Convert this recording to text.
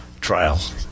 trial